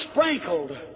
sprinkled